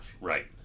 Right